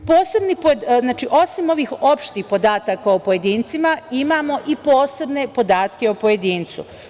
Osim ovih opštih podataka o pojedincima imamo i posebne podatke o pojedincu.